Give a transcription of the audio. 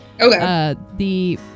Okay